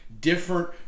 Different